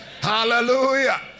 Hallelujah